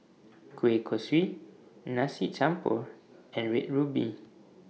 Kueh Kosui Nasi Campur and Red Ruby